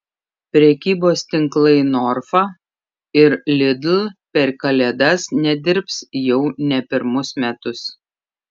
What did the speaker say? prekybos tinklai norfa ir lidl per kalėdas nedirbs jau ne pirmus metus